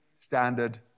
standard